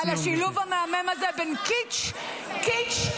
-- על השילוב המעניין הזה בין קיטש לרוע.